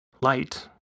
Light